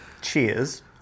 Cheers